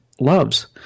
loves